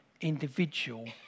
individual